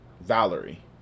valerie